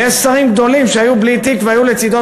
ויש שרים גדולים שהיו בלי תיק והיו לצדו